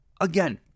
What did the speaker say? Again